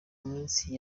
minsi